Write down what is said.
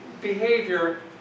behavior